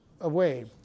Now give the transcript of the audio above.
away